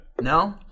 No